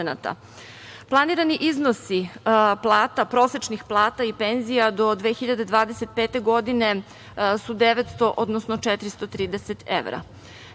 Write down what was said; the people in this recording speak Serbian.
6,6%.Planirani iznosi prosečnih plata i penzija do 2025. godine, su 900, odnosno 430 evra.